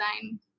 design